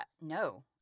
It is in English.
no